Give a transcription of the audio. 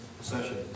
session